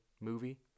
movie